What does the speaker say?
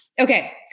Okay